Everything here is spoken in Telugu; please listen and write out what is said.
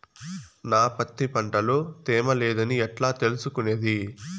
నా పత్తి పంట లో తేమ లేదని ఎట్లా తెలుసుకునేది?